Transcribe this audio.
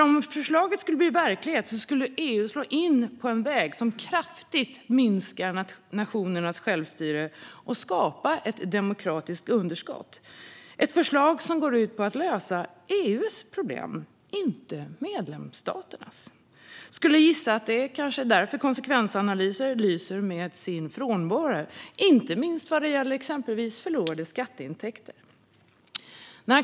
Om förslaget skulle bli verklighet skulle EU slå in på en väg som kraftigt minskar nationernas självstyre och skapar ett demokratiskt underskott. Det är ett förslag som går ut på att lösa EU:s problem, inte medlemsstaternas. Jag skulle gissa att det kanske är därför konsekvensanalyser lyser med sin frånvaro, inte minst vad det gäller exempelvis förlorade skatteintäkter.